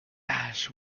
ash